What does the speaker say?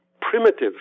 primitive